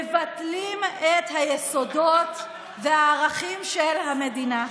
מבטלים את היסודות והערכים של המדינה.